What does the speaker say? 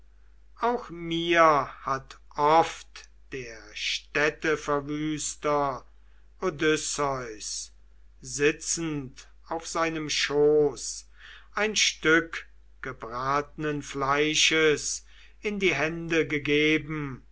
auch mir hat oft der städteverwüster odysseus sitzend auf seinem schoß ein stück gebratenen fleisches in die hände gegeben